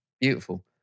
beautiful